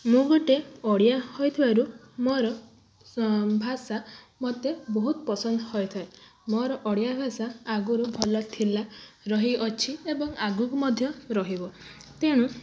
ମୁଁ ଗୋଟେ ଓଡ଼ିଆ ହୋଇଥିବାରୁ ମୋର ଭାଷା ମୋତେ ବହୁତ ପସନ୍ଦ ହୋଇଥାଏ ମୋର ଓଡ଼ିଆ ଭାଷା ଆଗରୁ ଭଲ ଥିଲା ରହିଅଛି ଏବଂ ଆଗକୁ ମଧ୍ୟ ରହିବ ତେଣୁ